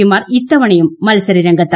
പിമാർ ഇത്തവണയും മത്സരരംഗത്ത്